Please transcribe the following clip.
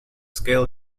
scale